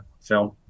film